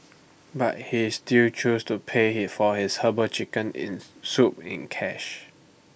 but he still chose to pay he for his Herbal Chicken Soup in cash